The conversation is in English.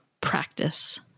practice